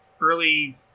early